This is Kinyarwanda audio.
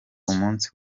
umunsi